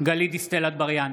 גלית דיסטל אטבריאן,